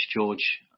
George